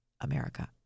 America